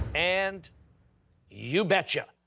and you betcha!